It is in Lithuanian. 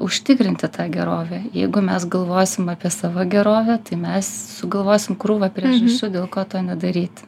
užtikrinti tą gerovę jeigu mes galvosim apie savo gerovę tai mes sugalvosim krūvą priežasčių dėl ko to nedaryti